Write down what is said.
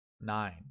nine